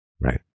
Right